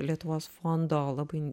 lietuvos fondo labai